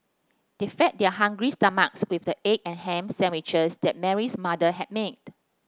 they fed their hungry stomachs with the egg and ham sandwiches that Mary's mother had made